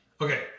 Okay